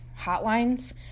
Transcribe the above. hotlines